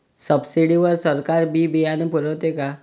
Subsidy वर सरकार बी बियानं पुरवते का?